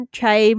try